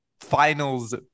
finals